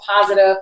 positive